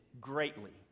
greatly